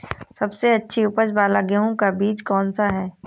सबसे अच्छी उपज वाला गेहूँ का बीज कौन सा है?